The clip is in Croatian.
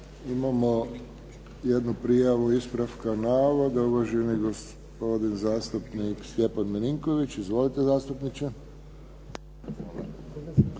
Imamo jednu prijavu ispravka netočnog navoda. Uvaženi gospodin zastupnik Stjepan Milinković. Izvolite.